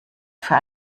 für